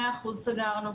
מאה אחוז, סגרנו.